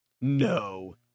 No